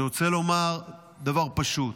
אני רוצה לומר דבר פשוט: